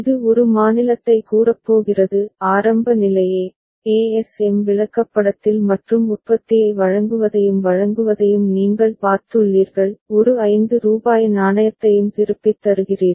இது ஒரு மாநிலத்தை கூறப்போகிறது ஆரம்ப நிலை a ASM விளக்கப்படத்தில் மற்றும் உற்பத்தியை வழங்குவதையும் வழங்குவதையும் நீங்கள் பார்த்துள்ளீர்கள் ஒரு ரூபாய் 5 நாணயத்தையும் திருப்பித் தருகிறீர்கள்